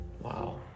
Wow